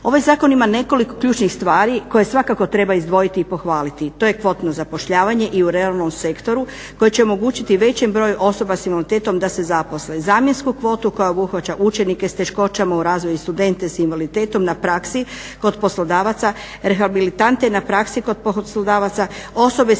Ovaj zakon ima nekoliko ključnih stvari koje svakako treba izdvojiti i pohvaliti. To je kvotno zapošljavanje i u realnom sektoru koje će omogućiti većem broju osoba s invaliditetom da se zaposle, zamjensku kvotu koja obuhvaća učenike s teškoćama u razvoju i studente s invaliditetom na praksi kod poslodavaca rehabilitante na praksi kod poslodavaca, osobe s invaliditetom čiji je redovito